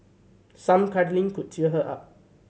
some cuddling could cheer her up